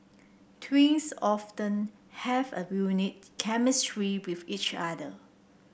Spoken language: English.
twins often have a unique chemistry with each other